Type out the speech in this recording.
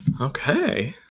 Okay